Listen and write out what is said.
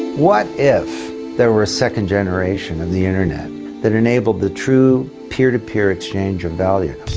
what if there were a second generation of the internet that enabled the true peer to peer exchange of value?